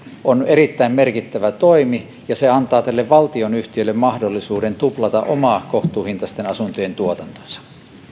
on erittäin merkittävä toimi ja se antaa tälle valtionyhtiölle mahdollisuuden tuplata oman kohtuuhintaisten asuntojen tuotantonsa